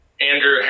Andrew